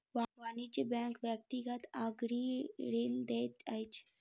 वाणिज्य बैंक व्यक्तिगत आ गृह ऋण दैत अछि